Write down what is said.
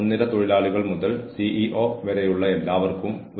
കൂടാതെ അത് വളരെ ഗുരുതരമായ ഒരു പ്രശ്നമാണ്